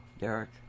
Derek